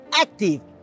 active